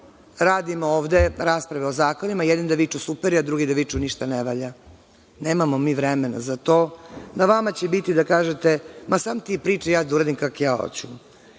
radimo ovde rasprave o zakonima, jedni da viču super, drugi da viču ništa ne valja. Nemamo mi vremena za to. Na vama će biti da kažete – ma, samo vi pričajte, ja ću da uradim kako ja hoću.